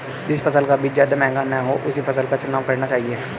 जिस फसल का बीज ज्यादा महंगा ना हो उसी फसल का चुनाव करना चाहिए